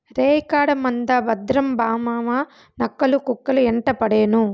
రేయికాడ మంద భద్రం మావావా, నక్కలు, కుక్కలు యెంటపడేను